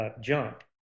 jump